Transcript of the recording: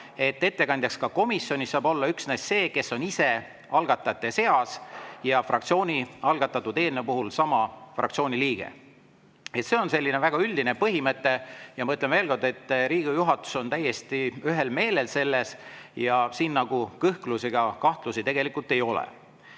et ettekandjaks komisjonis saab olla üksnes see, kes on ise algatajate seas, ja fraktsiooni algatatud eelnõu puhul sama fraktsiooni liige. See on selline väga üldine põhimõte. Ma ütlen veel kord, et Riigikogu juhatus on täiesti ühel meelel selles ja siin kõhklusi ega kahtlusi tegelikult ei ole.